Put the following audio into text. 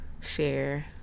share